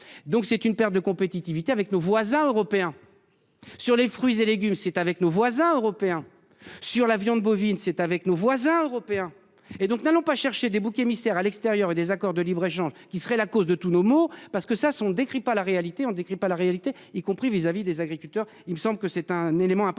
Donc c'est une perte de compétitivité avec nos voisins européens. Sur les fruits et légumes c'est avec nos voisins européens, sur la viande bovine, c'est avec nos voisins européens. Et donc, n'allons pas chercher des boucs émissaires. À l'extérieur et des accords de libre-échange qui serait la cause de tous nos maux. Parce que ça sont décrit pas la réalité, on ne décrit pas la réalité y compris vis-à-vis des agriculteurs. Il me semble que c'est un élément important,